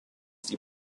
die